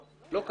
לא.